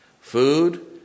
food